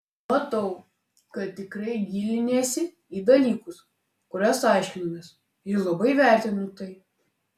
matau kad tikrai giliniesi į dalykus kuriuos aiškinamės ir labai vertinu tai